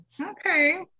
Okay